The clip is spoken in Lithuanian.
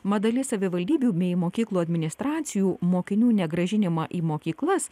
mat dalis savivaldybių bei mokyklų administracijų mokinių negrąžinimą į mokyklas